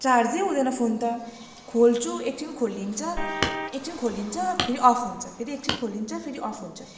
चार्जै हुँदैन फोन त खोल्छु एकछिन खोलिन्छ एकछिन खोलिन्छ फेरि अफ हुन्छ फेरि एकछिन खोलिन्छ फेरि अफ हुन्छ